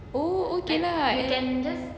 oh okay lah and